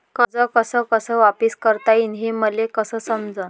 कर्ज कस कस वापिस करता येईन, हे मले कस समजनं?